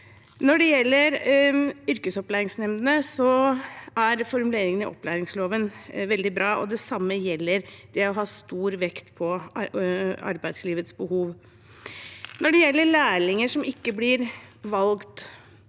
Når det gjelder yrkesopplæringsnemndene, er formuleringen i opplæringsloven veldig bra, og det samme gjelder det å ha stor vekt på arbeidslivets behov. Når det gjelder lærlinger som ikke blir valgt,